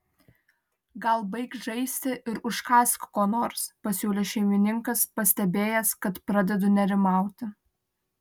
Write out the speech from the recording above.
gal baik žaisti ir užkąsk ko nors pasiūlė šeimininkas pastebėjęs kad pradedu nerimauti